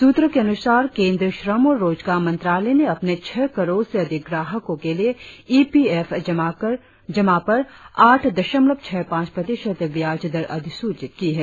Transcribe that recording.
सूत्रों के अनुसार श्रम और रोजगार मंत्रालय ने अपने छह करोड़ से अधिक ग्राहको के लिए इ पी एफ जमा पर आठ दशमलव छह पांच प्रतिशत ब्याज दर अधिसूचित की है